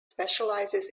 specializes